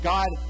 God